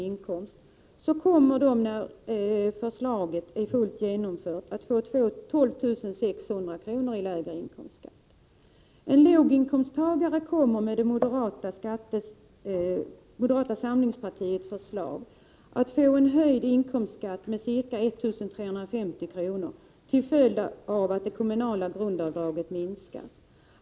i inkomst kommer, när förslaget är fullt genomfört, inkomstskatten att bli 12 600 kr. lägre. En låginkomsttagare kommer med moderata samlingspartiets förslag att få inkomstskatten höjd med ca 1 350 kr. till följd av att det kommunala grundavdraget minskar.